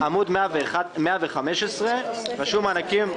הכסף מתקציבי משרד הפנים.